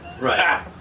Right